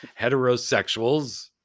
heterosexuals